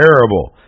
terrible